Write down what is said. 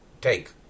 take